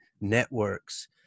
networks